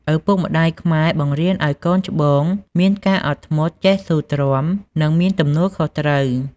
ឪពុកម្តាយខ្មែរបង្រៀនឲ្យកូនច្បងមានការអត់ធ្មត់ ចេះស៊ូទ្រាំ និងមានទំនួលខុសត្រូវ។